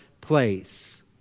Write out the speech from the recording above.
place